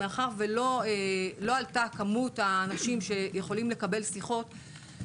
מאחר שלא עלתה כמות האנשים שיכלו לקבל שיחות,